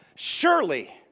Surely